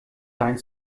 dein